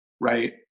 Right